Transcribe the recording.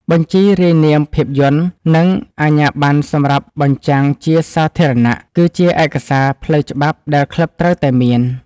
បញ្ជីរាយនាមភាពយន្ត និងអាជ្ញាបណ្ណសម្រាប់បញ្ចាំងជាសាធារណៈ គឺជាឯកសារផ្លូវច្បាប់ដែលក្លឹបត្រូវតែមាន។